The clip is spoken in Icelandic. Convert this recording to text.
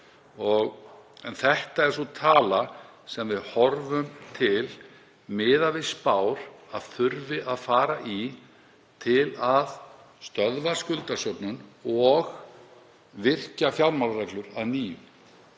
En þetta er sú tala sem við horfum til miðað við spár að þurfi að fara í til að stöðva skuldasöfnun og virkja fjármálareglur að nýju.